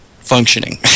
functioning